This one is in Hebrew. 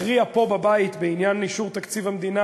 נכריע פה בבית בעניין אישור תקציב המדינה